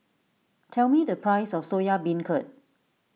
tell me the price of Soya Beancurd